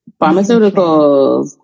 pharmaceuticals